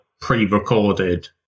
pre-recorded